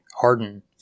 harden